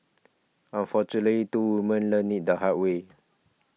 unfortunately two women learnt it the hard way